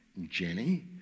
Jenny